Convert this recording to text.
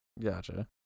Gotcha